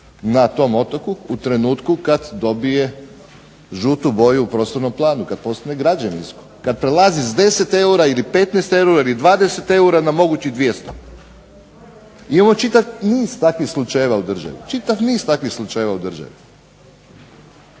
na tom otoku u trenutku kad dobije žutu boju u prostornom planu kada postane građevinsko. Kada prelazi s 10 eura, 15 ili 20 eura na mogućih 200. Imamo čitav niz takvih slučajeva u državi. Jedna od argumentacija su poslovne